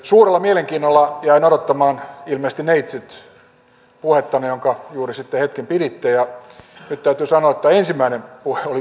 suurella mielenkiinnolla jäin odottamaan ilmeisesti neitsytpuhettanne jonka juuri sitten hetken piditte ja nyt täytyy sanoa että ensimmäinen puhe oli kyllä pettymys